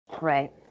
Right